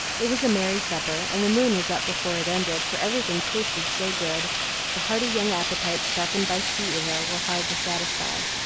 it was a merry supper, and the moon was up before it ended for everything tasted so good the hearty young appetites sharpened by sea air were hard to satisfy.